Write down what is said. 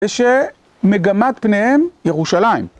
זה שמגמת פניהם ירושלים.